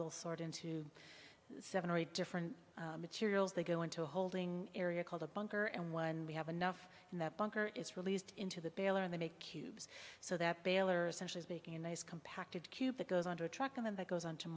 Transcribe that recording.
we'll sort into seven or eight different materials they go into a holding area called a bunker and when we have enough in that bunker is released into the baler and they make cubes so that baylor essentially making a nice compacted cube that goes on to a truck and then that goes on to